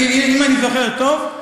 אם אני זוכר טוב,